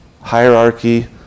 hierarchy